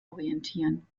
orientieren